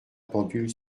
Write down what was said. pendule